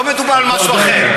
לא מדובר על משהו אחר.